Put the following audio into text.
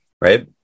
right